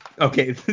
okay